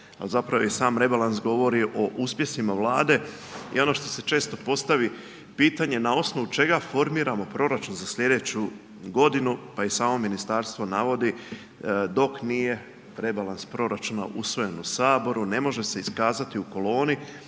zapravo i sam rebalans govori o uspjesima Vlade i ono što se često postavi pitanje na osnovu čega formiramo proračun za slijedeću godinu, pa i samo ministarstvo navodi dok nije rebalans proračun usvojen u saboru ne može se iskazati u koloni